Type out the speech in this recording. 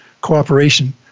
cooperation